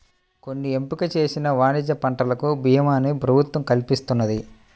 కొన్ని ఎంపిక చేసిన వాణిజ్య పంటలకు భీమాని ప్రభుత్వం కల్పిస్తున్నది